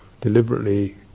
deliberately